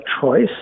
choice